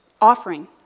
offering